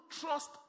trust